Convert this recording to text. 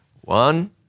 One